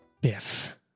biff